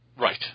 Right